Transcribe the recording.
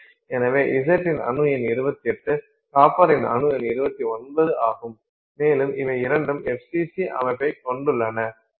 எனவே Z இன் அணு எண் 28 காப்பர் அணு எண் 29 ஆகும் மேலும் இவை இரண்டும் FCC அமைப்பைக் கொண்டுள்ளன